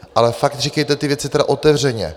Ale fakt říkejte ty věci otevřeně.